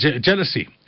jealousy